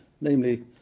Namely